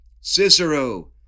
Cicero